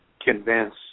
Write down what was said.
convince